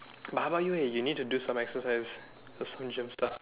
but how about you eh you need to do some exercise like some gym stuff